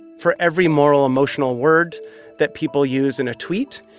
for every moral emotional word that people use in a tweet,